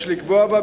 יש לקבוע בה,